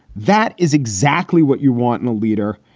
that is exactly what you want in a leader.